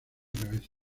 cabeza